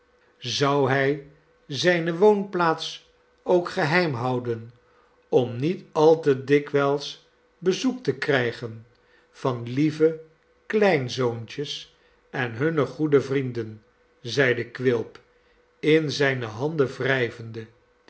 zou hij zijne woonplaats ook geheim houden om niet al te dikwijls bezoek te krijgen van lieve kleinzoontjes en hunne goede vrienden zeide quilp in zijne handen wrijvende